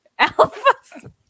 Alphas